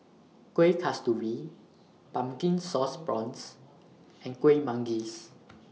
Kueh Kasturi Pumpkin Sauce Prawns and Kuih Manggis